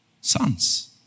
Sons